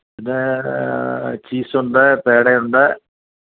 പിന്നെ ചീസുണ്ട് പേടയുണ്ട്